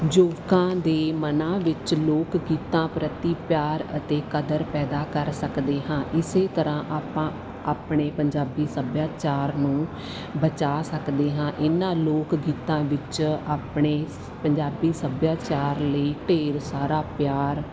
ਲੋਕਾਂ ਦੇ ਮਨਾਂ ਵਿੱਚ ਲੋਕ ਗੀਤਾਂ ਪ੍ਰਤੀ ਪਿਆਰ ਅਤੇ ਕਦਰ ਪੈਦਾ ਕਰ ਸਕਦੇ ਹਾਂ ਇਸੇ ਤਰ੍ਹਾਂ ਆਪਾਂ ਆਪਣੇ ਪੰਜਾਬੀ ਸੱਭਿਆਚਾਰ ਨੂੰ ਬਚਾ ਸਕਦੇ ਹਾਂ ਇਹਨਾਂ ਲੋਕ ਗੀਤਾਂ ਵਿੱਚ ਆਪਣੇ ਪੰਜਾਬੀ ਸੱਭਿਆਚਾਰ ਲਈ ਢੇਰ ਸਾਰਾ ਪਿਆਰ